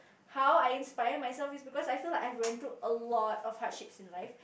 how I inspire myself is because I feel like I have went through a lot of hardships in life